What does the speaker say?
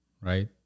right